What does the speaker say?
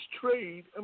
trade